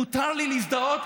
מותר לי להזדהות.